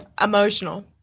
Emotional